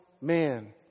man